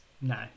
No